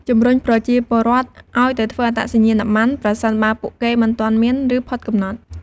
ជំរុញប្រជាពលរដ្ឋឱ្យទៅធ្វើអត្តសញ្ញាណប័ណ្ណ ប្រសិនបើពួកគេមិនទាន់មាន ឬផុតកំណត់។